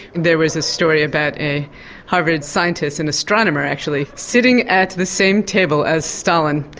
there was a story about a harvard scientist, an astronomer actually, sitting at the same table as stalin,